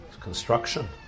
construction